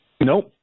Nope